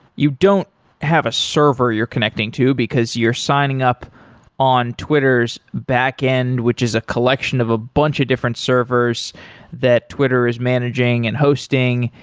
you don't have a server you're connecting to, because you're signing up on twitter's backend, which is a collection of a bunch of different servers that twitter is managing and hosting.